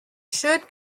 should